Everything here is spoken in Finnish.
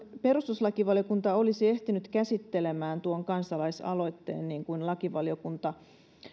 perustuslakivaliokunta olisi ehtinyt käsittelemään tuon kansalaisaloitteen niin kuin lakivaliokunta